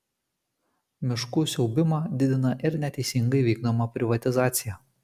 miškų siaubimą didina ir neteisingai vykdoma privatizacija